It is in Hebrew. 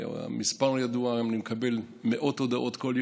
המספר ידוע, אני